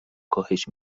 کاهش